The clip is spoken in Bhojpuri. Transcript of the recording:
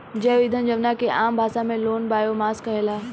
जैव ईंधन जवना के आम भाषा में लोग बायोमास कहेला